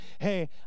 hey